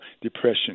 depression